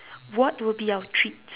what would be our treats